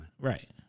Right